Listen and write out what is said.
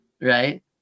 Right